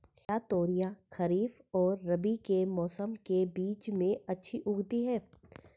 क्या तोरियां खरीफ और रबी के मौसम के बीच में अच्छी उगती हैं?